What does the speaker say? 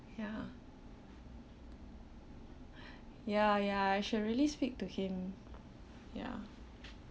ya ya ya I should really speak to him ya